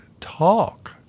talk